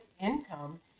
income